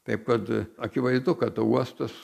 taip pat akivaizdu kad uostas